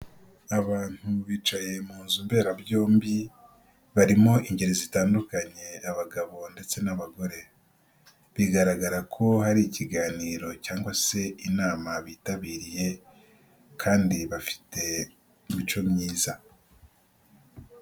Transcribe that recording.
Abantu bicaye mu nzu mberabyombi, barimo ingeri zitandukanye, abagabo ndetse n'abagore, bigaragara ko hari ikiganiro cyangwa se inama bitabiriye kandi bafite imico myiza.